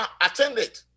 attended